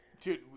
Dude